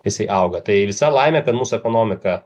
jisai auga tai visa laimė kad mūsų ekonomika